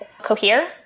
Cohere